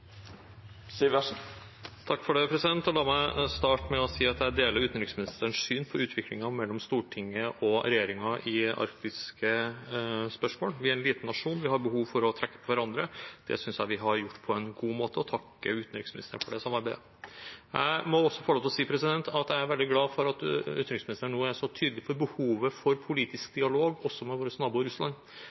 arktiske spørsmål. Vi er en liten nasjon. Vi har behov for å trekke på hverandre. Det synes jeg vi har gjort på en god måte, og jeg vil takke utenriksministeren for det samarbeidet. Jeg må også få lov til å si at jeg er veldig glad for at utenriksministeren nå er så tydelig på behovet for politisk dialog, også med vår nabo Russland.